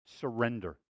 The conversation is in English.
surrender